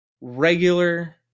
regular